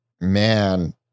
man